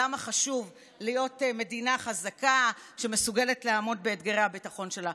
למה חשוב להיות מדינה חזקה שמסוגלת לעמוד באתגרי הביטחון שלה.